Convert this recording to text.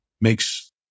makes